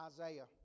Isaiah